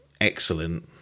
excellent